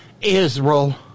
Israel